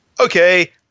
Okay